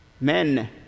men